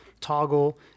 toggle